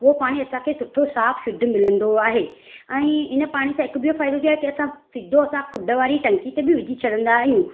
उहो पाणी असांखे सुठो साफ़ शुद्ध मिलंदो आहे ऐं इन पाणी सां हिकु ॿियो फ़ाइदो बि आहे की असां सिधो असां खुड वारी टंकी ते बि विझी छॾंदा आहियूं